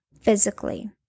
physically